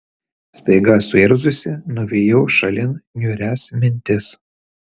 staiga suirzusi nuvijau šalin niūrias mintis